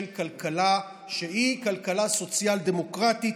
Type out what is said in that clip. של כלכלה שהיא כלכלה סוציאל-דמוקרטית,